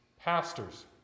Pastors